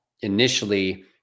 initially